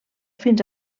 fins